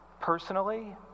Personally